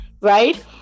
right